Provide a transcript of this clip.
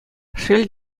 шел